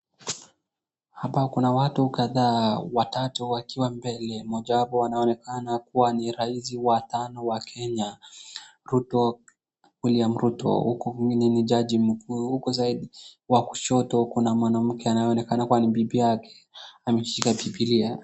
Hapa kuna watu kadhaa watatu wakiwa mbele. Mojawapo anaonekana kuwa ni rais watano wa Kenya, Wiliam Ruto huku mwingine ni jaji mkuu huku side wa kushoto kuna mwanamke anayeonekana kuwa ni bibi yake, ameshika Bibilia.